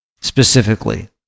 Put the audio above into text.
specifically